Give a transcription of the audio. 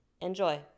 Enjoy